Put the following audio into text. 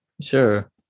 sure